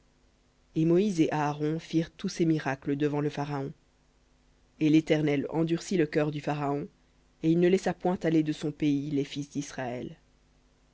et moïse et aaron firent tous ces miracles devant le pharaon et l'éternel endurcit le cœur du pharaon et il ne laissa point aller de son pays les fils d'israël